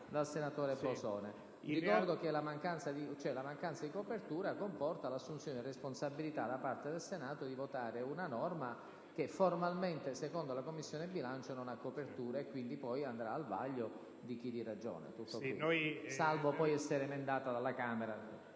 dal senatore Bosone. Ricordo che la mancanza di copertura comporta l'assunzione di responsabilità da parte del Senato di votare una norma che formalmente, secondo la Commissione bilancio, non ha copertura finanziaria, per cui poi andrà al vaglio di chi di dovere, salvo poi essere emendata dalla Camera